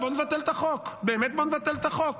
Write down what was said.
בואו נבטל את החוק, באמת, בואו נבטל את החוק.